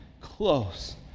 close